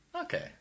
okay